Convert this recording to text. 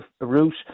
route